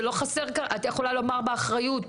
עורכת דין יוסף, את יכולה לומר באחריות